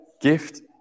gift